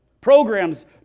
Programs